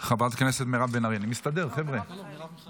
חברת הכנסת מרב מיכאלי, חמש דקות לרשותך, בבקשה.